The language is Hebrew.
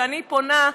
כשאני פונה,